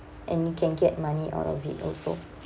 and you can get money out of it also